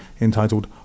entitled